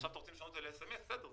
עכשיו אתם רוצים שזה יהיה ב-SMS, בסדר.